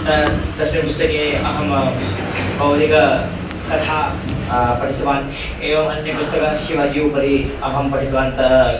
त तस्मिन् पुस्तके अहं बवदिककथां पठितवान् एवम् अन्यपुस्तकं शिवजी उपरि अहं पठितवान् त